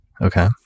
Okay